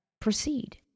proceed